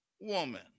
woman